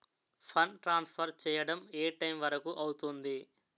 Fund transfer చేయడం ఏ time వరుకు అవుతుంది?